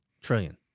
Trillion